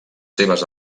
seves